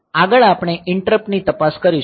આગળ આપણે ઈંટરપ્ટ ની તપાસ કરીશું